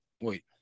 Wait